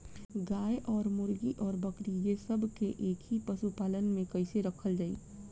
गाय और मुर्गी और बकरी ये सब के एक ही पशुपालन में कइसे रखल जाई?